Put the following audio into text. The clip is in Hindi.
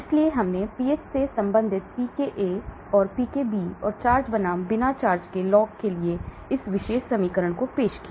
इसलिए हमने पीएच से संबंधित पीकेए पीएच से संबंधित पीकेबी और चार्ज बनाम बिना चार्ज के लॉग के लिए इस विशेष समीकरण को पेश किया